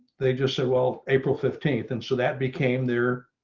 they just said, well, april, fifteen. and so that became their